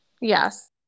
Yes